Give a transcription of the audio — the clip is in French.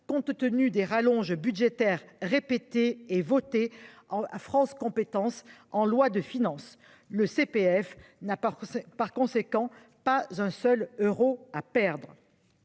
compte tenu des rallonges budgétaires répétées et voter en France compétences en loi de finances. Le CPF n'a pas, par conséquent, pas un seul euro à perdre.